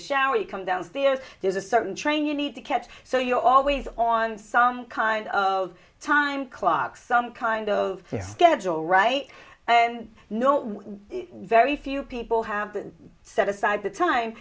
a shower you come downstairs there's a certain train you need to catch so you're always on some kind of time clock some kind of schedule right and i know very few people have to set aside that time